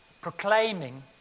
proclaiming